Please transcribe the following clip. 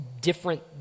different